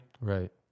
Right